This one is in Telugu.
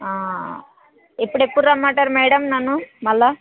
ఎప్పుడు ఎప్పుడు ప్పుడు రమ్మంటారు మ్యాడమ్ నన్ను మరల